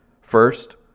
First